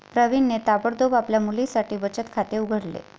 प्रवीणने ताबडतोब आपल्या मुलीसाठी बचत खाते उघडले